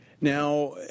now